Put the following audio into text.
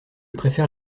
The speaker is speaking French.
préfère